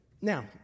Now